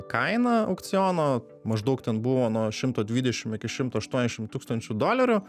kainą aukciono maždaug ten buvo nuo šimto dvidešimt iki šimto aštuoniasdešimt tūkstančių dolerių